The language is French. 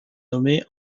nommée